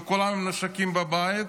וכולם עם נשקים בבית.